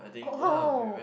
oh